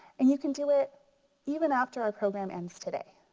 and you can do it even after our program ends today.